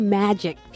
magic